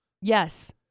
Yes